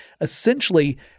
Essentially